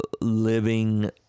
living